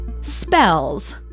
Spells